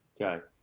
okay